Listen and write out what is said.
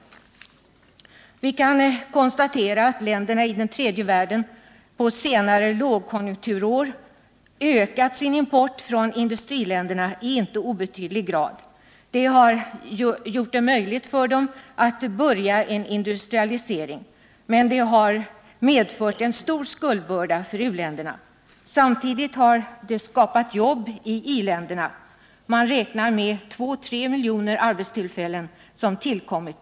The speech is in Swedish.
Vi kan konstatera att länderna i den tredje världen på senare lågkonjunkturår ökat sin import från industriländerna i inte obetydlig grad. Det har gjort det möjligt för u-länderna att börja en industrialisering, men det har också medfört att de fått en stor skuldbörda. Den här importen har samtidigt skapat jobb i i-länderna; man räknar med att 2-3 miljoner arbetstillfällen har tillkommit.